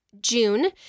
June